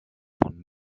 von